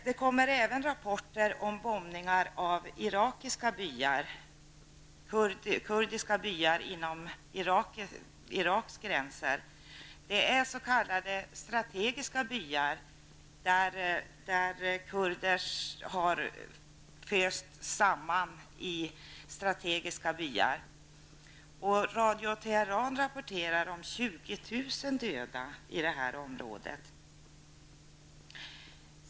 Det kommer även rapporter om bombning av kurdiska byar inom Iraks gränser. Det är s.k. strategiska byar, där kurder har fösts samman. Radio Teheran rapporterar om 20 000 döda i detta område.